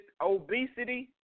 obesity